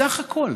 בסך הכול,